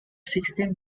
sixteen